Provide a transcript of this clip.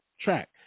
track